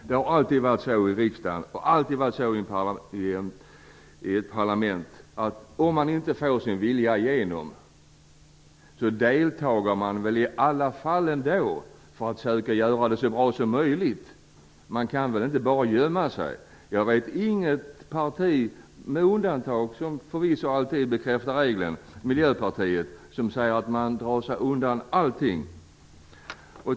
Det har alltid varit så i ett parlament att om man inte får sin vilja igenom så deltar man ändå i arbetet för att göra det så bra som möjligt. Man kan väl inte bara gömma sig? Jag vet inget parti, med undantag av Miljöpartiet, som förvisso bekräftar regeln, som säger att man drar sig undan allt arbete.